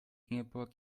ingeborg